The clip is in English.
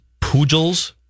Pujols